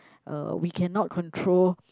uh we cannot control